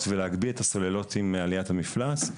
ולהגביה את הסוללות עם עליית המפלס,